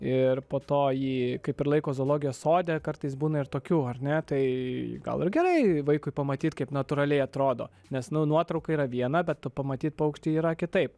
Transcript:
ir po to jį kaip ir laiko zoologijos sode kartais būna ir tokių ar ne tai gal ir gerai vaikui pamatyt kaip natūraliai atrodo nes nu nuotrauka yra viena bet pamatyt paukštį yra kitaip